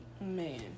Man